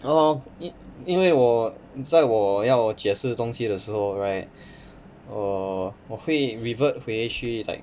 oh 因因为我在我要解释东西的时候 right err 我会 revert 回去 like